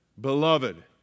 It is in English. beloved